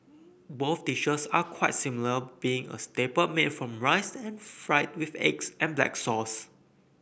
both dishes are quite similar being a staple made from rice and fried with eggs and black sauce